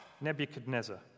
Nebuchadnezzar